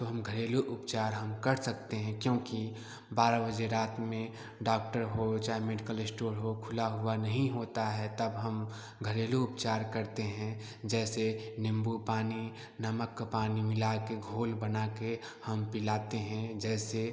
तो हम घरेलू उपचार हम कर सकते हैं क्योंकि बारह बजे रात में डॉक्टर हो चाहे मेडिकल इस्टोर हो खुला हुआ नहीं होता है तब हम घरेलू उपचार करते हैं जैसे नींबू पानी नमक का पानी मिला के घोल बना के हम पिलाते हैं जैसे